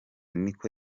niko